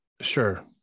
Sure